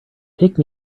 take